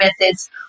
methods